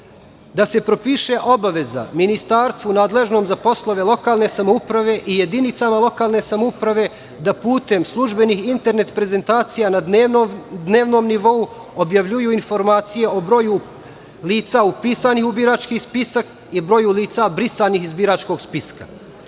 Da se propiše obaveza ministarstvu nadležnom za poslove lokalne samouprave i jedinicama lokalne samouprave da putem službenih internet prezentacija na dnevnom nivou objavljuju informacije o broju lica upisanih u biračkih spisak i broju lica brisanih iz biračkog spiska.